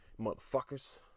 motherfuckers